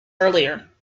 earlier